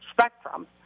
spectrum